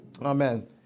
Amen